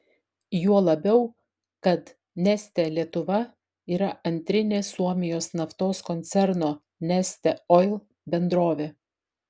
juo labiau kad neste lietuva yra antrinė suomijos naftos koncerno neste oil bendrovė